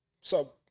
So-